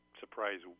surprise